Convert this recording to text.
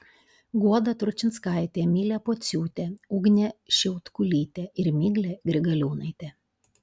guoda tručinskaitė emilija pociūtė ugnė šiautkulytė ir miglė grigaliūnaitė